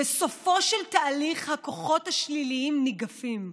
בסופו של תהליך הכוחות השליליים ניגפים.